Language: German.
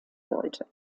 sollte